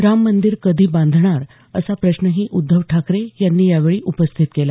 राम मंदीर कधी बांधणार असा प्रश्नही उद्धव ठाकरे यांनी यावेळी उपस्थित केला